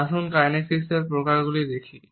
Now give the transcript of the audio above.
আসুন কাইনেসিক্সের প্রকারগুলি দেখি